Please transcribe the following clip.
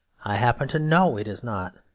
i happen to know it is not.